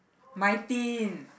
nineteen